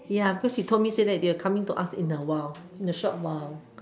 ya because she told me say that they'll come in to ask in a while in a short while